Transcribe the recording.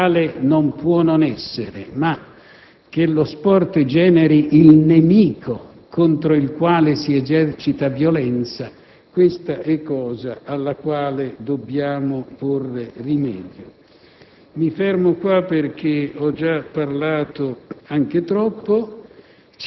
Insomma, lo sport è agonismo e anche antagonismo, e tale non può non essere, ma che lo sport generi il nemico contro il quale si esercita violenza questa è cosa alla quale dobbiamo porre rimedio.